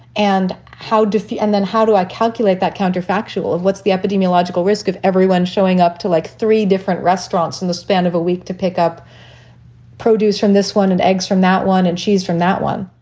and how do and then how do i calculate that counterfactual of what's the epidemiological risk of everyone showing up to like three different restaurants in the span of a week to pick up produce from this one and eggs from that one and cheese from that one?